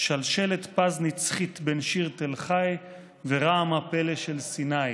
"שלשלת פז נצחית בין שיר תל חי ורעם הפלא של סיני".